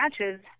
matches